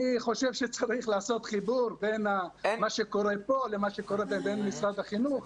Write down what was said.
אני חושב שצריך לעשות חיבור בין מה שקורה פה ובין משרד החינוך.